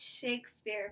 Shakespeare